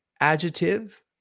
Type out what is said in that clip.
adjective